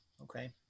okay